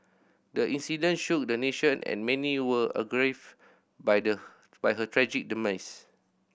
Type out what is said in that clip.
the incident shook the nation and many were aggrieve by the by her tragic demise